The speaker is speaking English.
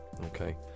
Okay